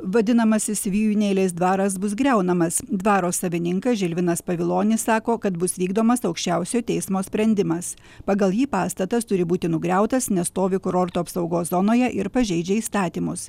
vadinamasis vijūnėlės dvaras bus griaunamas dvaro savininkas žilvinas povilonis sako kad bus vykdomas aukščiausiojo teismo sprendimas pagal jį pastatas turi būti nugriautas nes stovi kurorto apsaugos zonoje ir pažeidžia įstatymus